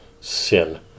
sin